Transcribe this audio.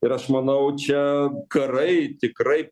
ir aš manau čia karai tikrai